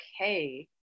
okay